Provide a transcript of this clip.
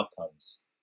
outcomes